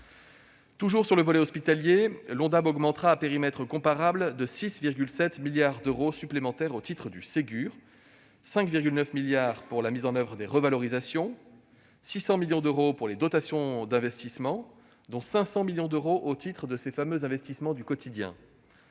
Toujours sur le volet hospitalier, l'Ondam augmentera, à périmètre comparable, de 6,7 milliards d'euros supplémentaires au titre du Ségur : 5,9 milliards d'euros pour la mise en oeuvre des revalorisations ; 600 millions d'euros pour les dotations d'investissement, dont 500 millions d'euros au titre des fameux investissements du quotidien